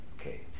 Okay